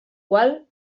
qual